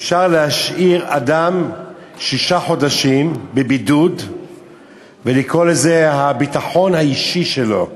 אפשר להשאיר אדם שישה חודשים בבידוד ולקרוא לזה: הביטחון האישי שלו.